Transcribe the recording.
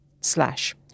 slash